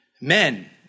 Men